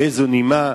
באיזו נימה.